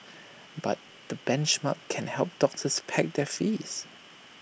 but the benchmarks can help doctors peg their fees